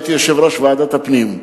הייתי יושב-ראש ועדת הפנים,